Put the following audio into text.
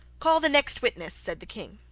call the next witness said the king.